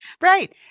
Right